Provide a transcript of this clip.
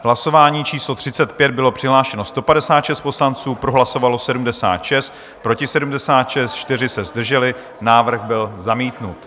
V hlasování číslo 35 bylo přihlášeno 156 poslanců, pro hlasovalo 76, proti 76, 4 se zdrželi, návrh byl zamítnut.